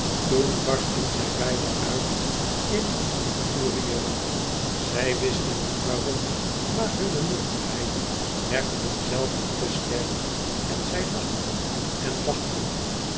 toen barstten zij beiden uit in een fou rire zij wisten niet waarom maar hunne nuchterheid werd hunzelve te sterk en zij lachten en lachten